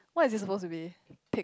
what is it supposed to be take